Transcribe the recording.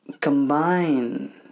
combine